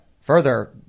further